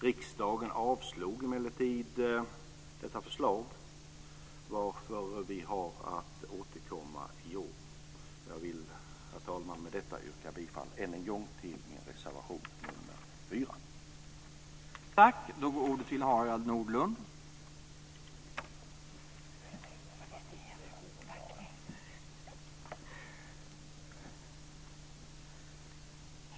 Riksdagen avslog emellertid detta förslag, varför vi har att återkomma i år. Med detta, herr talman, yrkar jag än en gång bifall till min reservation nr 4.